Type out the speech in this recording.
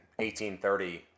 1830